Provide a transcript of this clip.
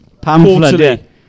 pamphlet